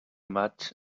maig